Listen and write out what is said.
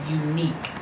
unique